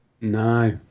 No